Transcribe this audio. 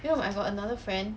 you know I got another friend